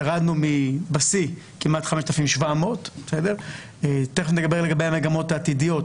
ירדנו מהשיא של כמעט 5,700. תיכף נדבר לגבי המגמות העתידיות,